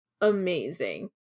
amazing